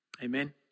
Amen